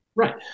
Right